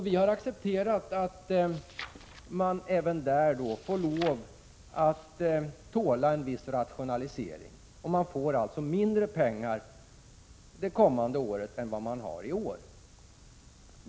Vi har accepterat att man även där får lov att tåla en viss rationalisering, och man får mindre pengar det kommande året än vad man har i år.